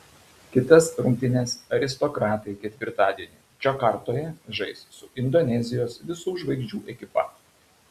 kitas rungtynes aristokratai ketvirtadienį džakartoje žais su indonezijos visų žvaigždžių ekipa